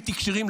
בלתי כשירים,